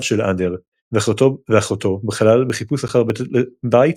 של אנדר ואחותו בחלל בחיפוש אחר בית